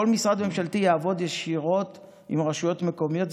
אם כל משרד ממשלתי יעבוד ישירות עם רשויות מקומיות,